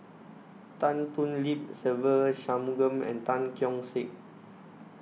Tan Thoon Lip Se Ve Shanmugam and Tan Keong Saik